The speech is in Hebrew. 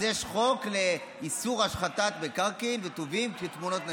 אז יש חוק לאיסור השחתת מקרקעין וטובין בשביל תמונות נשים.